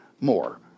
more